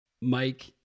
Mike